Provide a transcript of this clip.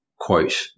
quote